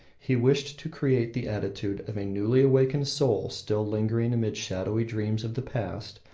he wished to create the attitude of a newly awakened soul still lingering amid shadowy dreams of the past,